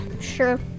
Sure